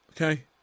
okay